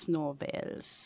novels